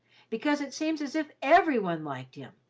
because it seems as if every one liked him,